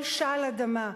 כל שעל אדמה,